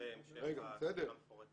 יש בהמשך סקירה מפורטת.